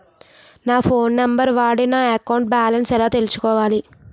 నా phone number వాడి నా అకౌంట్ బాలన్స్ ఎలా తెలుసుకోవాలి?